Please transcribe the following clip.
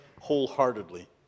wholeheartedly